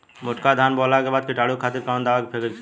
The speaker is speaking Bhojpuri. मोटका धान बोवला के बाद कीटाणु के खातिर कवन दावा फेके के चाही?